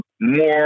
more